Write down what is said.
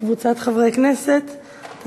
וחבר הכנסת שמעון אוחיון מצטרפים, בעד.